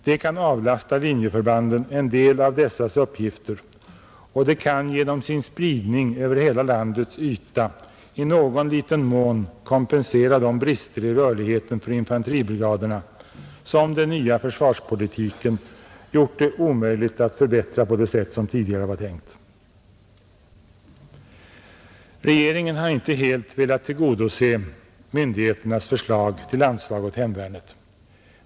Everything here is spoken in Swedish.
Det kan avlasta linjeförbanden en del av dessas uppgifter, och det kan genom sin spridning över landets yta i någon liten mån kompensera de brister i rörligheten för infanteribrigaderna som den nya försvarspolitiken gjort det omöjligt att förbättra på det sätt som tidigare var tänkt. Regeringen har inte helt velat tillgodose myndigheternas förslag om anslag åt hemvärnet.